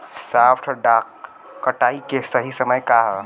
सॉफ्ट डॉ कटाई के सही समय का ह?